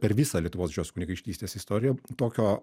per visą lietuvos didžiosios kunigaikštystės istoriją tokio